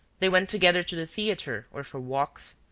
they went together to the theatre or for walks.